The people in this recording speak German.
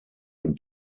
und